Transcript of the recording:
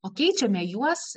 o keičiame juos